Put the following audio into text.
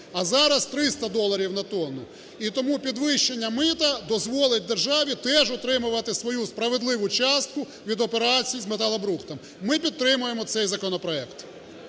а зараз 300 доларів на тонну. І тому підвищення мита дозволить державі теж отримувати свою справедливу частку від операцій з металобрухтом. Ми підтримуємо цей законопроект.